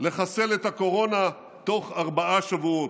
לחסל את הקורונה תוך ארבעה שבועות.